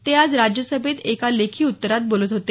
ते आज राज्यसभेत एका लेखी उत्तरात बोलत होते